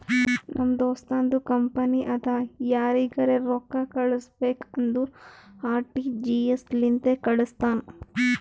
ನಮ್ ದೋಸ್ತುಂದು ಕಂಪನಿ ಅದಾ ಯಾರಿಗರೆ ರೊಕ್ಕಾ ಕಳುಸ್ಬೇಕ್ ಅಂದುರ್ ಆರ.ಟಿ.ಜಿ.ಎಸ್ ಲಿಂತೆ ಕಾಳುಸ್ತಾನ್